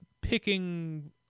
picking